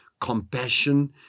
compassion